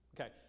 Okay